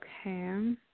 Okay